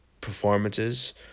performances